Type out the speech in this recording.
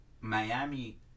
Miami